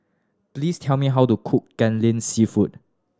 please tell me how to cook Kai Lan Seafood